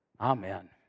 amen